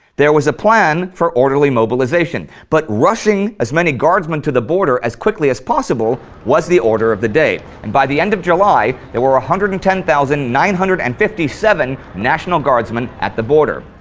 there was a plan for orderly mobilization, but rushing as many guardsmen to the border as quickly as possible was the order of the day, and by the end of july there were one ah hundred and ten thousand nine hundred and fifty seven national guardsmen at the border.